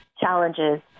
challenges